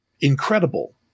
incredible